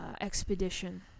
expedition